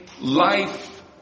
life